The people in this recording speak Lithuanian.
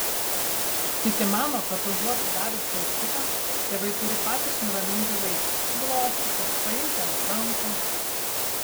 kiti mano kad užuot davę čiulptuką tėvai turi patys nuraminti vaiką glostyti paimti ant rankų